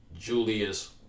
Julius